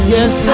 Yes